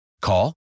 Call